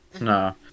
No